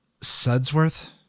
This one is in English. Sudsworth